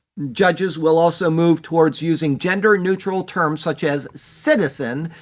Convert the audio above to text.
judges will also move towards using gender-neutral terms such as citizen,